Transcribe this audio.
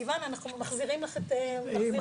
סיון, אנחנו מחזירים לך את אמא.